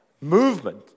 movement